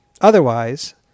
Otherwise